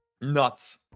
Nuts